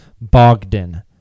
Bogdan